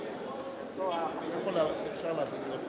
דואן ישב לפי שעה,